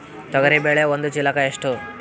ತೊಗರಿ ಬೇಳೆ ಒಂದು ಚೀಲಕ ಎಷ್ಟು?